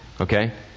Okay